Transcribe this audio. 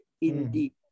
indeed